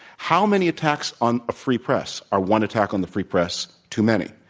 how many attacks on free press are one attack on the free press too many?